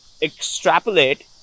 extrapolate